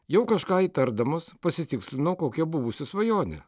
jau kažką įtardamas pasitikslinau kokia buvusi svajonė